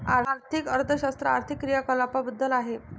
आर्थिक अर्थशास्त्र आर्थिक क्रियाकलापांबद्दल आहे